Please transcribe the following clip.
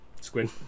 Squid